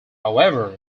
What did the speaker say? however